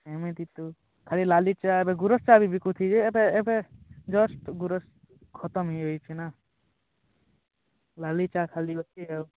ଏମିତି ତ ଖାଲି ଲାଲି ଚାହା ଏବେ ଗୁରସ୍ ଚାହା ବି ବିକୁଥି ଯେ ଏବେ ଏବେ ଜଷ୍ଟ ଗୁରସ୍ ଖତମ୍ ହେଇଯାଇଛି ନା ଲାଲି ଚାହା ଖାଲି ଅଛି ଆଉ